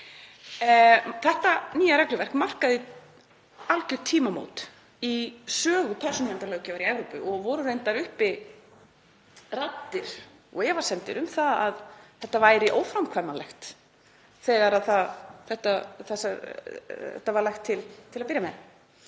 Þetta nýja regluverk markaði algjör tímamót í sögu persónuverndarlöggjafar í Evrópu og voru reyndar uppi raddir og efasemdir um að þetta væri óframkvæmanlegt þegar þetta var lagt til til að byrja með.